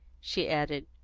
she added,